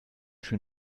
schön